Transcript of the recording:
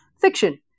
fiction